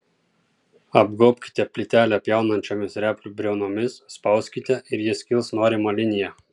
apgaubkite plytelę pjaunančiomis replių briaunomis spauskite ir ji skils norima linija